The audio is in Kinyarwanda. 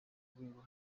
rwego